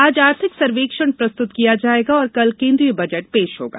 आज आर्थिक सर्वेक्षण प्रस्तुत किया जाएगा और कल केन्द्रीय बजट पेश होगा